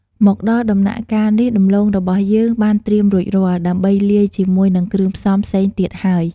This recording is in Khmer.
មកដល់ដំណាក់កាលនេះ ដំឡូងរបស់យើងបានត្រៀមរួចរាល់ ដើម្បីលាយជាមួយនឹងគ្រឿងផ្សំផ្សេងទៀតហើយ។